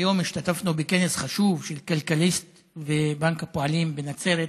היום השתתפנו בכנס חשוב של כלכליסט ובנק הפועלים בנצרת,